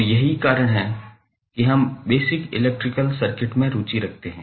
तो यही कारण है कि हम बेसिक इलेक्ट्रिकल सर्किट में रुचि रखते हैं